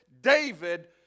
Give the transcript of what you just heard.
David